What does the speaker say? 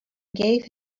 gave